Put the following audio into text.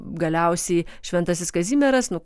galiausiai šventasis kazimieras nu